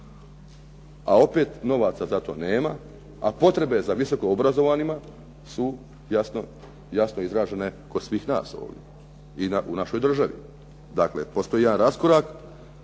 a opet novaca za to nema a potrebe za visoko obrazovanima su jasno izražene kod svih nas ovdje i u našoj državi. Dakle, postoji jedan raskorak,